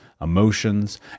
emotions